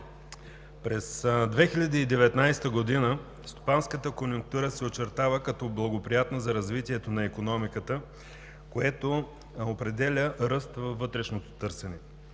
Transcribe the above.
През 2019 г. стопанската конюнктура се очертава като благоприятна за развитието на икономиката, което определя ръста във вътрешното търсене.